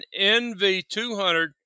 NV200